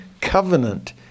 covenant